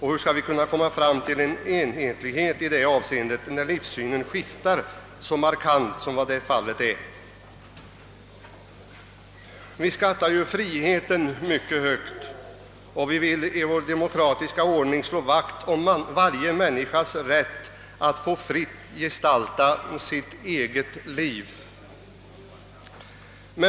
Hur skall vi kunna nå enhetlighet i detta avseende när livssynen skiftar så markant som fallet är? Vi skattar friheten mycket högt och vill i vår demokratiska ordning slå vakt om varje människas rätt att fritt gestalta sitt liv.